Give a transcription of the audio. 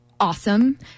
Awesome